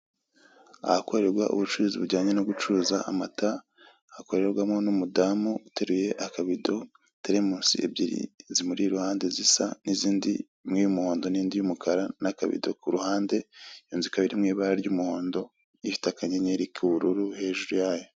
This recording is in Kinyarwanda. Ahakorerwa ubucuruzi bujyanye no gucuruza amata, hakorerwamo n'umudamu uteruye akabido, telemusi ebyiri zimuri iruhande zisa n'izindi, imwe y'umuhondo n'indi y'umukara n'akabido ku ruhande, inzu ikaba iri mu ibara ry'umuhondo ifite akanyenyeri k'ubururu hejuru yayo.